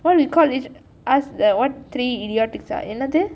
what do you call is ask the what three idiotics ah என்னது:ennathu